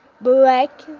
black